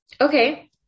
Okay